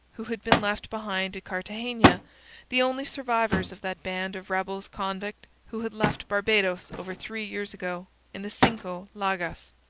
who had been left behind at cartagena the only survivors of that band of rebels-convict who had left barbados over three years ago in the cinco llagas.